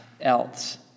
else